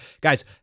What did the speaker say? Guys